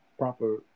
proper